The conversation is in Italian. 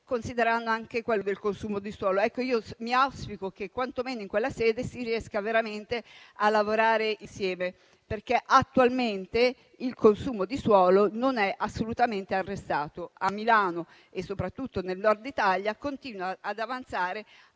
considerando anche quello del consumo di suolo. Auspico che quantomeno in quella sede si riesca veramente a lavorare insieme, perché attualmente il consumo di suolo non è assolutamente arrestato: a Milano e soprattutto nel Nord Italia continua ad avanzare